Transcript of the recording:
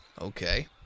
Okay